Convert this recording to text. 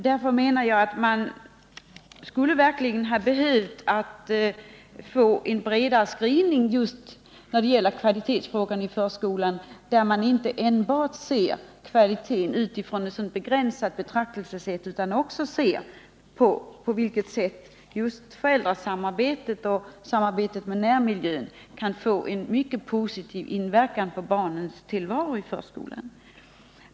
Därför anser jag att det hade behövts en bredare skrivning om kvalitetsfrågorna i förskolan, där man gått ifrån detta begränsade betraktelsesätt och även tagit hänsyn till att föräldrasamarbetet och samarbetet med närmiljön kan få en mycket positiv inverkan på barnens tillvaro i förskolan.